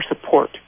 support